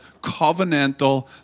covenantal